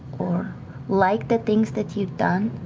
or like the things that you've done,